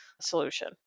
solution